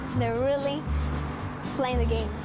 they were really playing the games!